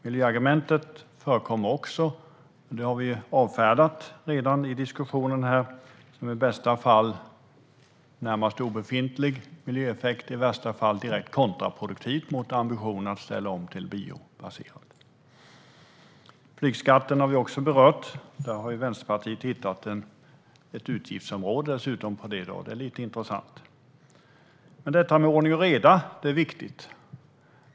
Miljöargumentet förekommer också, men det har vi redan avfärdat i diskussionen, då miljöeffekten i bästa fall är närmast obefintlig och i värsta fall direkt kontraproduktiv mot ambitionen att ställa om till biobaserat. Flygskatten har vi också berört. Där har Vänsterpartiet hittat ett utgiftsområde i dag, och det är lite intressant. Ordning och reda är viktigt.